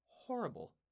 Horrible